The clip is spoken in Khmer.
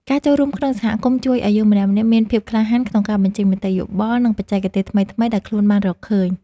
ការចូលរួមក្នុងសហគមន៍ជួយឱ្យយើងម្នាក់ៗមានភាពក្លាហានក្នុងការបញ្ចេញមតិយោបល់ និង បច្ចេកទេសថ្មីៗដែលខ្លួនបានរកឃើញ។